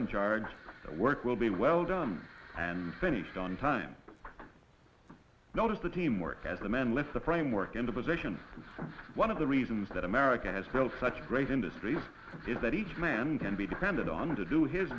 in charge the work will be well done and finished on time now does the team work as the men lift the framework into position one of the reasons that america has built such great industries is that each man can be depended on to do his